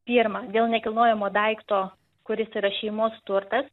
pirma dėl nekilnojamo daikto kuris yra šeimos turtas